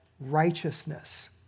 righteousness